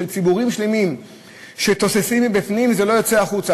של ציבורים שלמים שתוססים מבפנים וזה לא יוצא החוצה,